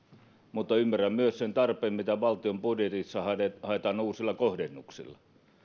mutta ymmärrän myös sen tarpeen mitä valtion budjetissa haetaan uusilla kohdennuksilla